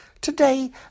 Today